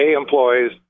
employees